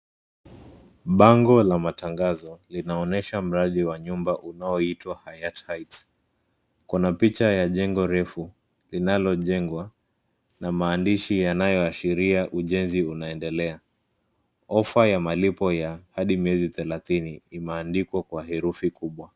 Bango la matangazo linaonyesha mradi wa nyumba unaoitwa Hayat Heights. Kuna picha ya jengo refu linalojengwa na maandishi yanayoashiria ujenzi unaendelea. Ofa ya malipo ya hadi miezi thelathini imeandikwa kwa herufi kubwa.